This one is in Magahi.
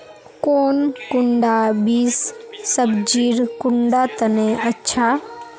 कौन कुंडा बीस सब्जिर कुंडा तने अच्छा?